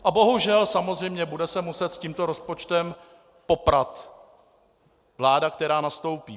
A bohužel samozřejmě bude se muset s tímto rozpočtem poprat vláda, která nastoupí.